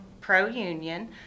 pro-union